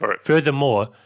Furthermore